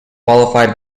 qualified